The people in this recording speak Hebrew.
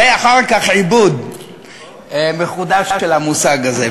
זה אחר כך, עיבוד מחודש של המושג הזה.